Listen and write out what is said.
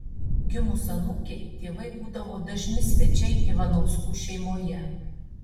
gimus anūkei tėvai būdavo dažni svečiai ivanauskų šeimoje